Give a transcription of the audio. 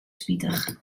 spitich